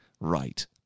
Right